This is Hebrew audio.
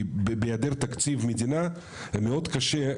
כי בהיעדר תקציב מדינה זה מאוד קשה,